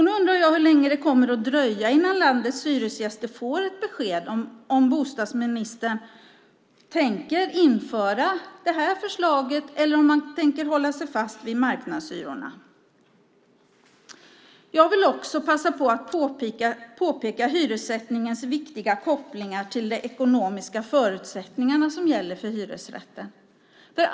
Nu undrar jag hur länge det kommer att dröja innan landets hyresgäster får ett besked om bostadsministern tänker genomföra detta förslag eller om han tänker hålla fast vid marknadshyrorna. Jag vill också passa på att påpeka hyressättningens viktiga kopplingar till de ekonomiska förutsättningar som gäller för hyresrätten.